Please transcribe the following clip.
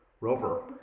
Rover